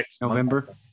november